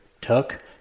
took